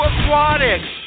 Aquatics